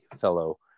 fellow